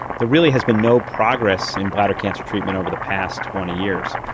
there really has been no progress in bladder cancer treatment over the past twenty years.